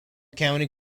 county